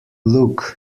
look